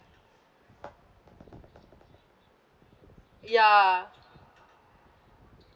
ya